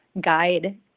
guide